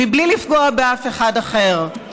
בלי לפגוע באף אחד אחר.